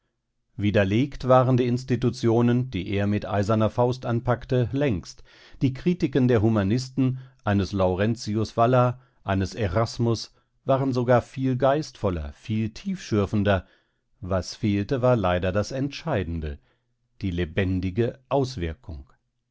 widerlegt waren die institutionen die er mit eiserner faust anpackte längst die kritiken der humanisten eines laurentius valla eines erasmus waren sogar viel geistvoller viel tiefschürfender was fehlte war leider das entscheidende die lebendige auswirkung